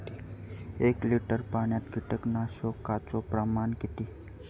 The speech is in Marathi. एक लिटर पाणयात कीटकनाशकाचो प्रमाण किती?